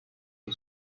you